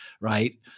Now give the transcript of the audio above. right